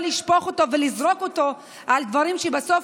לשפוך אותו ולזרוק אותו על דברים שבסוף